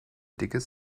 dickes